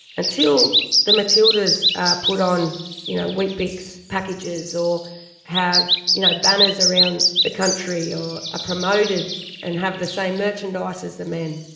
until the matildas are put on you know weet-bix packages or have you know banners around the country, or are ah promoted and have the same merchandise as the men,